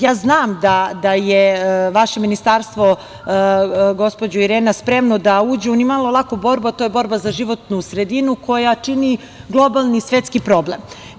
Ja znam da je vaše ministarstvo, gospođo Irena, spremno da uđe u nimalo laku borbu, a to je borba za životnu sredinu, koja čini globalni svetski problem.